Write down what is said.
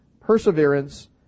perseverance